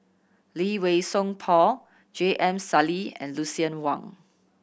Lee Wei Song Paul J M Sali and Lucien Wang